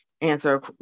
answer